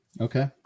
Okay